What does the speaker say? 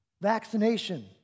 Vaccination